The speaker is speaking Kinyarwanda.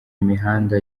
imihanda